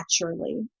naturally